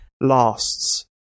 lasts